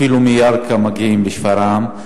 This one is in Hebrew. אפילו מירכא מגיעים לשפרעם,